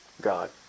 God